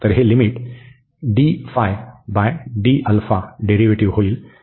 तर हे limit derivative होईल